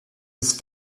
ist